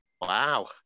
Wow